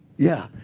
yeah.